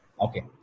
Okay